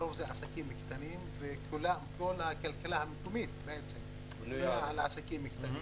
הרוב הם עסקים קטנים וכל הכלכלה המקומית בנויה על עסקים קטנים,